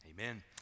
Amen